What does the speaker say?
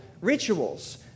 rituals